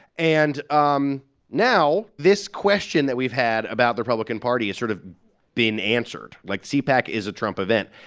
and um now this question that we've had about the republican party has sort of been answered. like, cpac is a trump event.